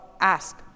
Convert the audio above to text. ask